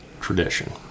tradition